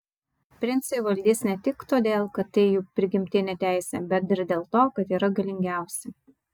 princai valdys ne tik todėl kad tai jų prigimtinė teisė bet ir dėl to kad yra galingiausi